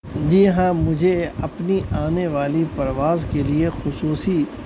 جی ہاں مجھے اپنی آنے والی پرواز کے لیے خصوصی